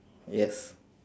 yes